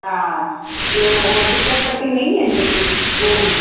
हा ॿियो हो चिकट पट्टियूं न ईंदियूं आहिनि जेके गोल